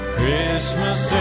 Christmas